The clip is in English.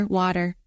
water